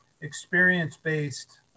experience-based